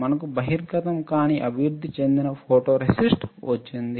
మనకు బహిర్గతం కానీ అభివృద్ధి చెందిన ఫోటోరేసిస్ట్ వచ్చింది